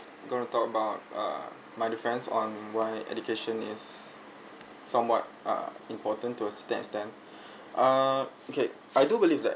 gonna talk about uh my defense on why education is somewhat uh important to a then err okay I do believe that